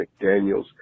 McDaniels